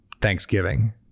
thanksgiving